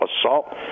assault